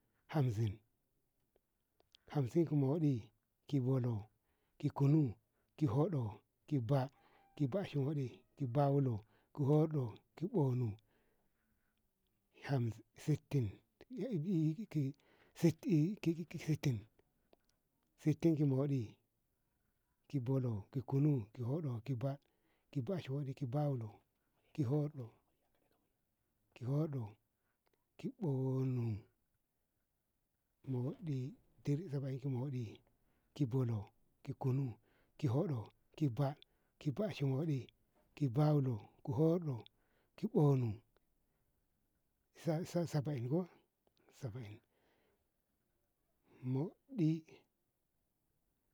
hamsin, hamsin ki modi, ki ballau, ki kunnum, ki huddo, ki bad, ki bacci wodɗi, ki bawullo, ki bonum, sittin, sittin ki modɗi, ki ballau, ki kunnum, ki hudɗo, ki bad, ki bacciwodɗi, ki bawullo, ki hurdo, ki bonum, saba'in, saba'in ki mdɗi, ki ballau, ki kunnum, ki hudɗo, ki bad, ki bacciwodɗi, ki bawullo, ki hurɗo, ki bonnum. sa sabain ko moddi.